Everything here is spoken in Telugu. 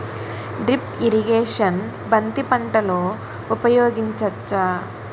డ్రిప్ ఇరిగేషన్ బంతి పంటలో ఊపయోగించచ్చ?